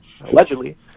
allegedly